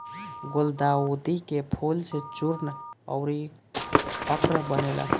गुलदाउदी के फूल से चूर्ण अउरी अर्क बनेला